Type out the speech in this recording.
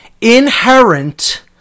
inherent